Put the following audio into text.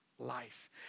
life